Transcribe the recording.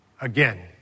Again